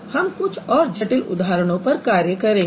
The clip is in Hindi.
हम कुछ और जटिल उदाहरणों पर कार्य करेंगे